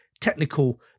technical